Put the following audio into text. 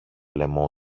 λαιμό